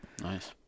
Nice